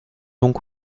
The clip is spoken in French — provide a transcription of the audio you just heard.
donc